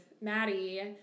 Maddie